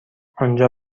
آنجا